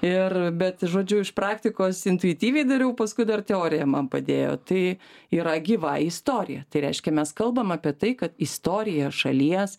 ir bet žodžiu iš praktikos intuityviai dariau paskui dar teorija man padėjo tai yra gyva istorija tai reiškia mes kalbam apie tai kad istorija šalies